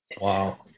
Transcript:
Wow